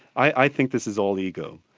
i think this is all ego.